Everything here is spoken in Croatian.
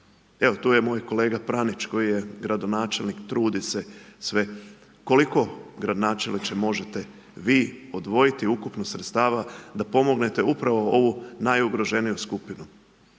Evo, tu je moj kolega Pranić koji je gradonačelnik, trudi se, sve. Koliko gradonačelniče možete vi odvojiti ukupno sredstava da pomognete upravo ovu najugroženiju skupinu?